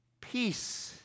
peace